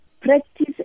Practice